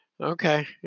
Okay